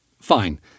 Fine